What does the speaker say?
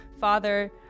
father